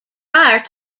prior